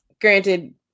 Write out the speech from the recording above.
granted